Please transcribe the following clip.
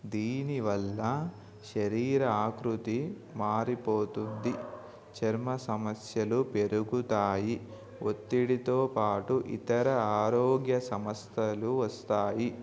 దీనివల్ల శరీర ఆకృతి మారిపోతుంది చర్మ సమస్యలు పెరుగుతాయి ఒత్తిడితో పాటు ఇతర ఆరోగ్య సమస్యలు వస్తాయి